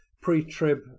pre-trib